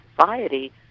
society